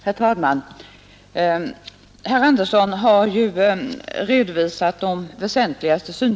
16 maj 1972 Herr talman! Herr Andersson i Nybro har ju redovisat de väsentligaste Deltidsoch kort."